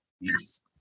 Yes